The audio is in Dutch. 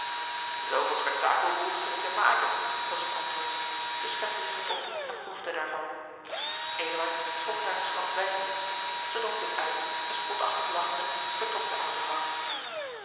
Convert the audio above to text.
zooveel spektakel behoeft gij niet te maken was het antwoord zij schepte zich wat op en proefde daarvan eduard schonk haar een glas wijn in zij dronk dit uit en spotachtig lagchende vertrok de oude vrouw